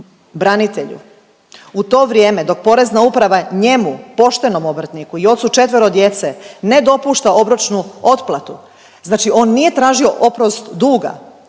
u to vrijeme dok Porezna uprava njemu poštenom obrtniku i ocu četvero djece ne dopušta obročnu otplatu, znači on nije tražio oprost duga,